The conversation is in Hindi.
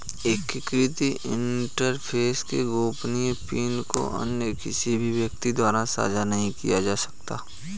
एकीकृत इंटरफ़ेस के गोपनीय पिन को अन्य किसी भी व्यक्ति द्वारा साझा नहीं किया जा सकता